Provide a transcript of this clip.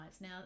Now